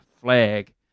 flag